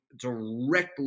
directly